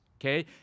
okay